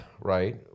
right